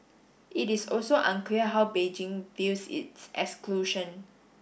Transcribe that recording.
it is also unclear how Beijing views its exclusion